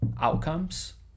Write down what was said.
outcomes